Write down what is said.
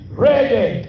ready